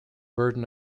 burden